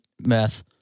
Meth